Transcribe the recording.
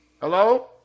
Hello